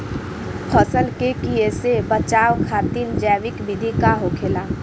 फसल के कियेसे बचाव खातिन जैविक विधि का होखेला?